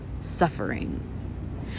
suffering